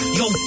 yo